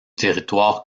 territoire